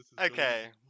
Okay